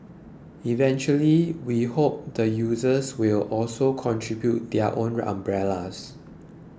eventually we hope the users will also contribute their own umbrellas